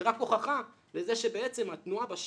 זו רק הוכחה לזה שבעצם התנועה בשטח,